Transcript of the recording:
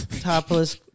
topless